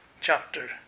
chapter